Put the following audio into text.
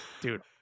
dude